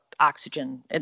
oxygen